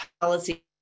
policy